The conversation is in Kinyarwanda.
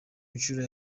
nshuro